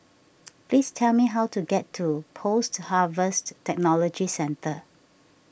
please tell me how to get to Post Harvest Technology Centre